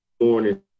morning